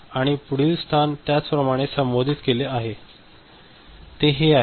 आणि पुढील स्थान त्याचप्रमाणे संबोधित केले आहे ते हे आहे